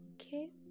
Okay